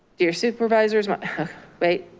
dear supervisors, wait,